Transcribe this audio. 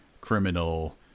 criminal